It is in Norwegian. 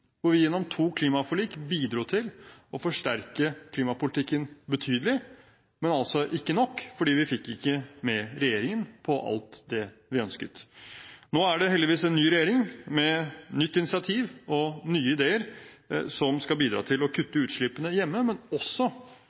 hvor vi gjennom to klimaforlik bidro til å forsterke klimapolitikken betydelig – men altså ikke nok, fordi vi ikke fikk med oss regjeringen på alt det vi ønsket. Nå er det heldigvis en ny regjering, med nytt initiativ og nye ideer, som skal bidra til å kutte utslippene hjemme, men også